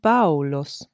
Paulos